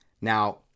Now